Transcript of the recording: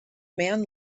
man